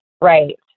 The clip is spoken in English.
Right